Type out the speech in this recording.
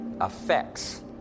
affects